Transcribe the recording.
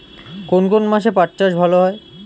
কোন কোন মাসে পাট চাষ ভালো হয়?